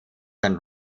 and